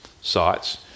sites